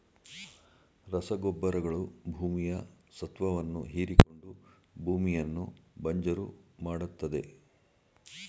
ರಸಗೊಬ್ಬರಗಳು ಭೂಮಿಯ ಸತ್ವವನ್ನು ಹೀರಿಕೊಂಡು ಭೂಮಿಯನ್ನು ಬಂಜರು ಮಾಡತ್ತದೆ